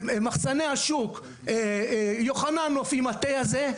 מחסני השוק, יוחננוף, עם התה הזה.